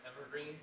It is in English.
evergreen